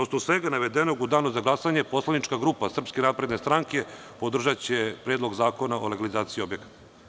Na osnovu svega navedenog u danu za glasanje, poslanička grupa Srpske napredne stranke podržaće Predlog zakona o legalizaciji objekata.